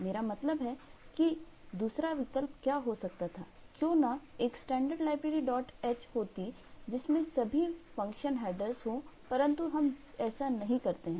मेरा मतलब है कि दूसरा विकल्प क्या हो सकता था क्यों ना एक standard libraryh होती जिसमें सभी फंक्शन हेडर्स हो परंतु हम ऐसा नहीं करते हैं